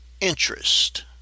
interest